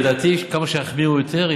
ולדעתי כמה שיחמירו יותר,